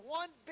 one